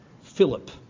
Philip